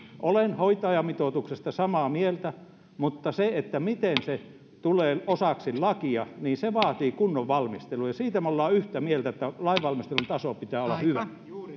olen hoitajamitoituksesta samaa mieltä mutta se miten se tulee osaksi lakia vaatii kunnon valmistelun ja siitä me olemme yhtä mieltä että lainvalmistelun tason pitää olla hyvä